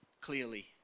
clearly